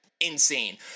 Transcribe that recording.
Insane